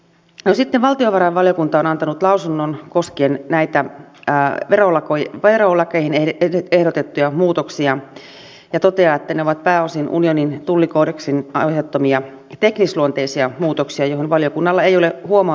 sitten valtiovarainvaliokunta on antanut lausunnon koskien näitä verolakeihin ehdotettuja muutoksia ja toteaa että ne ovat pääosin unionin tullikoodeksin aiheuttamia teknisluonteisia muutoksia joihin valiokunnalla ei ole huomautettavaa